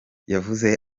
yavuze